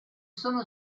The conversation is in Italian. sono